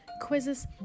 quizzes